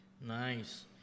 Nice